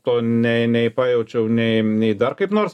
to nei nei pajaučiau nei nei dar kaip nors